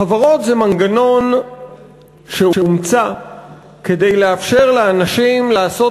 חברות זה מנגנון שהומצא כדי לאפשר לאנשים לעשות